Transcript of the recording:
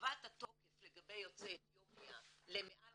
הרחבת התוקף לגבי יוצאי אתיופיה למעל